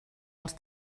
els